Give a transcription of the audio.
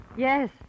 Yes